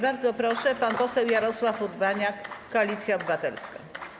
Bardzo proszę, pan poseł Jarosław Urbaniak, Koalicja Obywatelska.